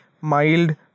mild